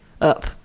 up